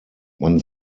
man